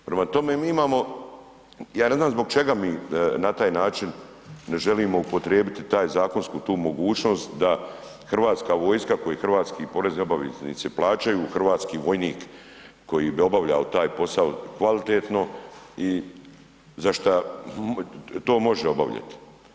Prema tome, mi imamo, ja ne znam zbog čega mi na taj način ne želimo upotrijebiti taj zakonsku tu mogućnost da hrvatska vojska koju hrvatski porezi obveznici plaćaju, hrvatski vojnik koji bi obavljao taj posao kvalitetno i za što to može obavljati.